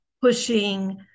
pushing